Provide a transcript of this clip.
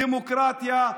דמוקרטיה,